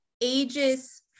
ages